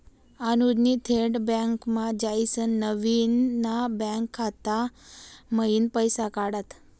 अनुजनी थेट बँकमा जायसीन नवीन ना बँक खाता मयीन पैसा काढात